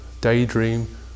daydream